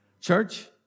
Church